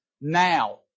Now